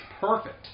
perfect